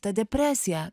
ta depresija